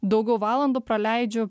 daugiau valandų praleidžiu